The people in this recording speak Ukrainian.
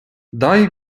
дай